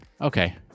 Okay